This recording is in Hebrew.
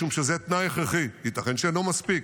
משום שזה תנאי הכרחי, ייתכן שאינו מספיק,